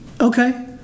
Okay